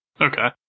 Okay